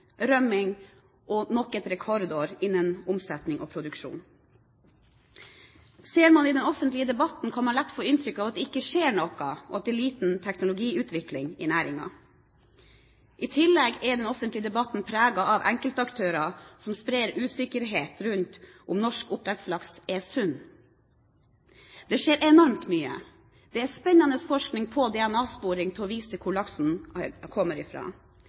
rømming og nok et rekordår innen omsetning og produksjon. Ser man på den offentlige debatten, kan man lett få inntrykk av at det ikke skjer noe og at det er liten teknologiutvikling i næringen. I tillegg er den offentlige debatten preget av enkeltaktører som sprer usikkerhet om hvorvidt norsk oppdrettslaks er sunn. Det skjer enormt mye. Det er spennende forskning på DNA-sporing for å vise hvor laksen kommer